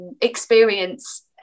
experience